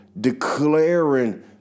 declaring